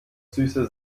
süße